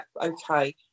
okay